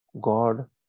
God